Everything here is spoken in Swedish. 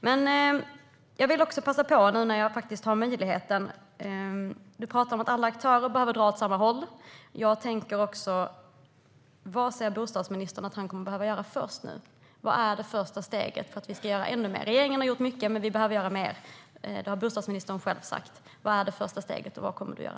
Peter Eriksson pratar om att alla aktörer behöver dra åt samma håll. Vad ser bostadsministern att han kommer att behöva göra först? Vad är det första steget för att vi ska göra ännu mer? Regeringen har gjort mycket, men vi behöver göra mer. Det har bostadsministern själv sagt. Vad är det första steget? Vad kommer du att göra?